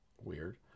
weird